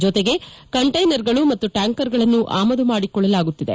ಜೊತೆಗೆ ಕಂಟೇನರ್ಗಳು ಮತ್ತು ಟ್ಯಾಂಕರ್ಗಳನ್ನು ಆಮದು ಮಾಡಿಕೊಳ್ಳಲಾಗುತ್ತಿದೆ